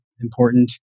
important